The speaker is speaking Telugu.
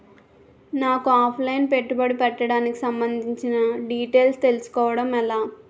నాకు ఆఫ్ లైన్ పెట్టుబడి పెట్టడానికి సంబందించిన డీటైల్స్ తెలుసుకోవడం ఎలా?